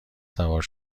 سوار